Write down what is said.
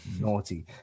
naughty